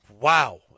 wow